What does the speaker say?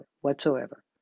whatsoever